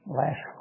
last